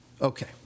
Okay